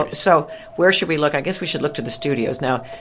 but so where should we look? i guess we should look to the studios. now,